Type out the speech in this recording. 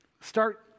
Start